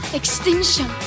extinction